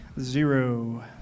Zero